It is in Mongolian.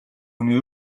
хүний